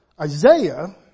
Isaiah